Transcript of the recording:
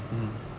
mm mm